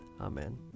Amen